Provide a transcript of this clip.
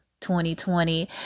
2020